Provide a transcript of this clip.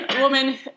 woman